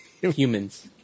Humans